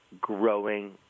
growing